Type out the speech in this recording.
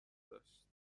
داشت